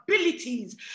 abilities